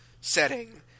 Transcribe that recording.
setting